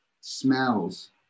smells